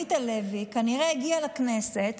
עמית הלוי כנראה הגיע לכנסת